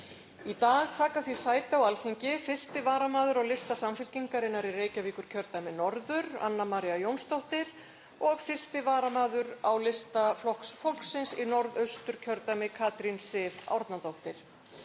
Í dag taka því sæti á Alþingi 1. varamaður á lista Samfylkingarinnar í Reykjavíkurkjördæmi norður, Anna María Jónsdóttir, og 1. varamaður á lista Flokks fólksins í Norðausturkjördæmi, Katrín Sif Árnadóttir.